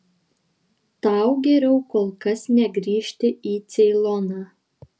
tau geriau kol kas negrįžti į ceiloną